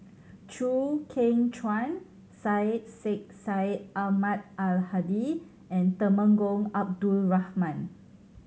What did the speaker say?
Chew Kheng Chuan Syed Sheikh Syed Ahmad Al Hadi and Temenggong Abdul Rahman